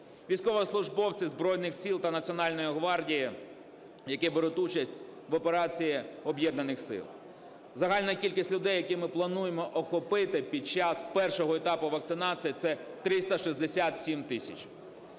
військовослужбовці Збройних Сил та Національної гвардії, які беруть участь в Операції Об'єднаних сил. Загальна кількість людей, яких ми плануємо охопити під час першого етапу вакцинації, – це 367 тисяч.